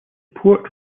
port